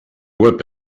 whip